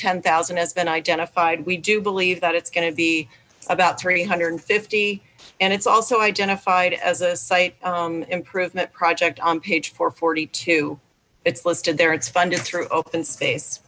ten thousand has been identified we do believe that it's going to be about three hundred and fifty and it's also identified as a site improvement project on page four hundred and forty two it's listed there it's funded through open space